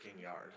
yard